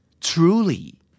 Truly